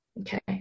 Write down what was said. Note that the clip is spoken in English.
okay